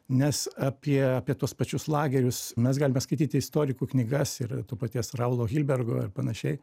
nes apie apie tuos pačius lagerius mes galime skaityti istorikų knygas ir to paties raulo hilbergo ir panašiai